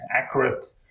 accurate